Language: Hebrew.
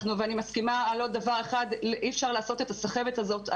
ואני מסכימה על עוד דבר אחד אי אפשר לעשות את הסחבת הזאת.